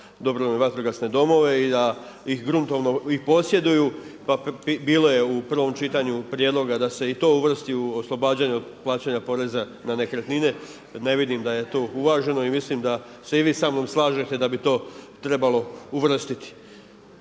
dobrovoljne vatrogasne domove i da ih gruntovno posjeduju. Pa bilo je u prvom čitanju prijedloga da se i to uvrsti u oslobađanje od plaćanja poreza na nekretnine. Ne vidim da je to uvaženo i mislim da se i vi sa mnom slažete da bi to trebalo uvrstiti.